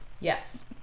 Yes